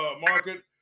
market